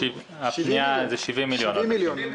70 מיליון.